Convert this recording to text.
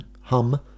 hum